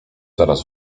teraz